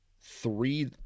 three